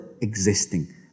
existing